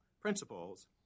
principles